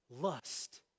lust